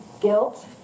Guilt